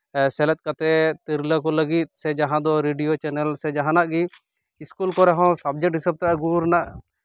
ᱥᱮᱞᱮᱫ ᱠᱟᱛᱮ ᱛᱤᱨᱞᱟᱹ ᱠᱚ ᱞᱟᱹᱜᱤᱫ ᱥᱮ ᱡᱟᱦᱟᱸ ᱫᱚ ᱨᱮᱰᱤᱭᱳ ᱪᱮᱱᱮᱞ ᱥᱮ ᱡᱟᱦᱟᱱᱟᱜ ᱜᱮ ᱥᱠᱩᱞ ᱠᱚᱨᱮ ᱦᱚᱸ ᱥᱟᱵᱡᱮᱠᱴ ᱦᱤᱥᱟᱹᱵ ᱛᱮ ᱟᱹᱜᱩ ᱨᱮᱱᱟᱜ